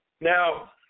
Now